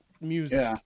music